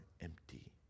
empty